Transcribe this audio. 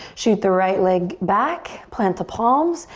shoot the right leg back. plant the palms,